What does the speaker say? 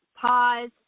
pause